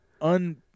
un